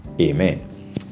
Amen